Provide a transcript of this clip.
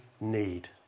need